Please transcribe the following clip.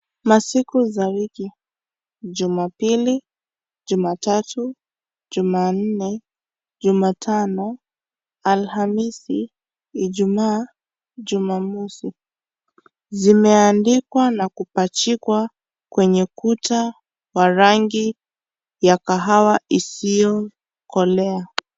Masiku za wiki , Jumapili , Jumatatu , Jumanne , Jumatano , Alhamisi , Ijumaa , Jumamosi zimeandikwa na kupachikwa kwenye kuta wa rangi ya kahawa isiyokolea.